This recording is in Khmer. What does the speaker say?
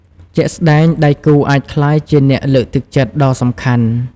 ជាក់ស្ដែង ដៃគូអាចក្លាយជាអ្នកលើកទឹកចិត្តដ៏សំខាន់។